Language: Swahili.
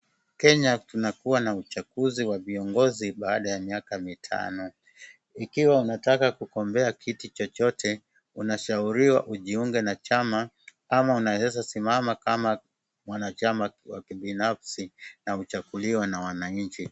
Kenya tunakuwa na uchaguzi wa viongozi baada ya miaka mitano, ikiwa unataka kugombea kiti chochote, unashauriwa ujiunge na chama ama unaweza simama kama mwanachama wa kibinafsi na uchaguliwe na wananchi.